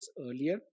earlier